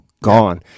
gone